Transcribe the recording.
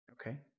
Okay